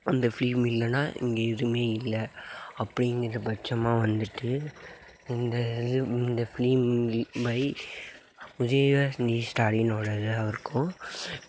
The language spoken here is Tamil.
அந்த ஃபிலிம் இல்லைனா இங்கே எதுவுமே இல்லை அப்படிங்கிற பட்சமாக வந்துவிட்டு இந்த இது இந்த ஃபிலிமை உதயநிதி ஸ்டாலினோடதாக இருக்கும்